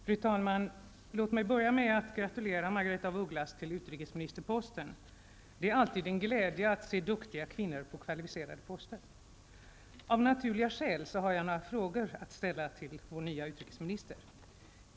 Fru talman! Låt mig börja med att gratulera Det är alltid en glädje att se duktiga kvinnor på kvalificerade poster. Av naturliga skäl har jag några frågor att ställa till vår nya utrikesminister.